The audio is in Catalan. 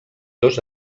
dos